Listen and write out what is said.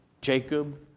Jacob